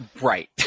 Right